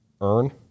earn